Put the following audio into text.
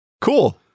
Cool